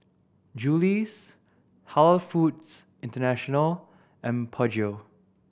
Julie's Halal Foods International and Peugeot